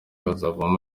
hazamo